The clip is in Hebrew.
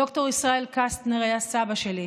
ד"ר ישראל קסטנר היה סבא שלי.